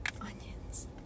Onions